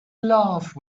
love